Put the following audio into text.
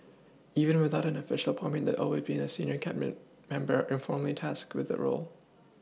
even without an official appointment always been a senior Cabinet member informally tasked with the role